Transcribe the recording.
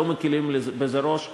לא מקלים ראש בזה,